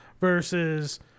Versus